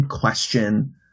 question